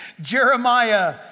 Jeremiah